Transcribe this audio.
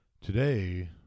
today